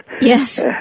Yes